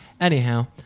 Anyhow